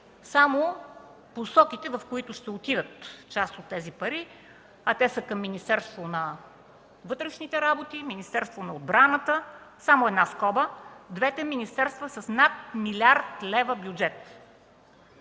само посоките, в които ще отидат част от тези пари, а те са към Министерството на вътрешните работи, Министерството на отбраната. Отварям скоба – двете министерства са с над 1 млрд. лв. бюджет.